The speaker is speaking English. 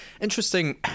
Interesting